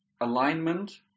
alignment